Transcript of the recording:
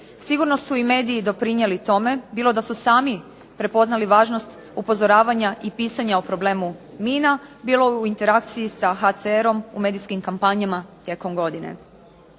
Sigurno su i mediji doprinijeli tome, bilo da su sami prepoznali važnost upozoravanja i pisanja o problemu mina bilo u interakciji sa HCR-om u medijskim kampanjama tijekom godine.